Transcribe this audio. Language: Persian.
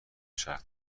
چرخ